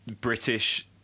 British